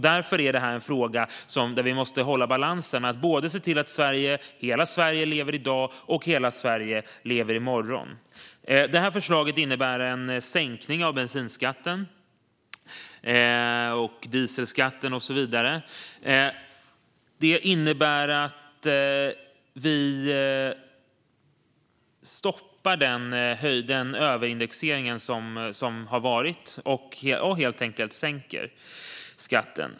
Därför är detta en fråga där vi måste hålla balansen och se till både att hela Sverige lever i dag och att hela Sverige lever i morgon. Detta förslag innebär en sänkning av bensinskatten, dieselskatten och så vidare. Det innebär att vi stoppar den överindexering som har varit och att vi helt enkelt sänker skatten.